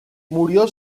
murió